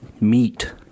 meat